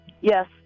Yes